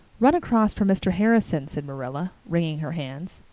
run across for mr. harrison, said marilla, wringing her hands.